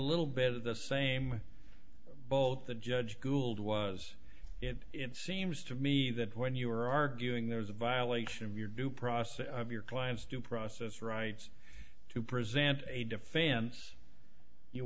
little bit of the same boat that judge gould was it seems to me that when you are arguing there's a violation of your due process of your client's due process rights to present a defense you